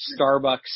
Starbucks